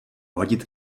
hodit